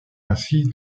ainsi